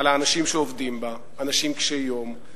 על האנשים שעובדים בה, אנשים קשי-יום.